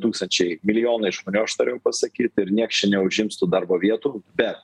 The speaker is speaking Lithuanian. tūkstančiai milijonai žmonių aš norėjau pasakyt ir nieks čia neužims tų darbo vietų bet